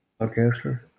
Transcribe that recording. Podcaster